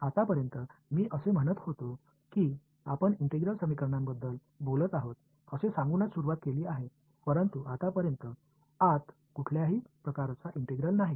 आतापर्यंत मी असे म्हणत होतो की आपण इंटिग्रल समीकरणांबद्दल बोलत आहोत असे सांगूनच सुरुवात केली आहे परंतु आतापर्यंत आत कुठल्याही प्रकारचा इंटिग्रल नाही